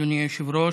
אדוני היושב-ראש.